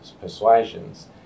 persuasions